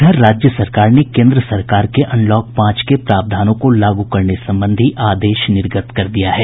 इधर राज्य सरकार ने केन्द्र सरकार के अनलॉक पांच के प्रावधानों को लागू करने संबंधी आदेश निर्गत कर दिया है